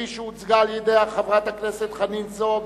כפי שהוצגה על-ידי חברת הכנסת חנין זועבי,